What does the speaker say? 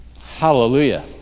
Hallelujah